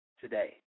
today